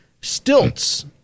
stilts